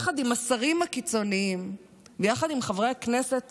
יחד עם השרים הקיצוניים ויחד עם חברי הכנסת